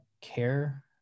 care